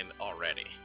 already